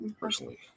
Personally